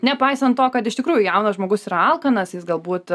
nepaisant to kad iš tikrųjų jaunas žmogus yra alkanas jis galbūt